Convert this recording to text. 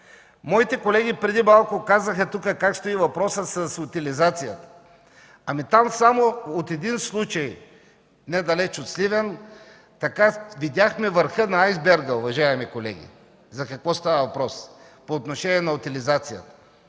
моите колеги казаха тук как стои въпросът с утилизацията. Само от един случай – недалеч от Сливен, видяхме върха на айсберга, уважаеми колеги – за какво става въпрос по отношение на утилизацията.